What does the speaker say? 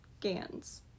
GANs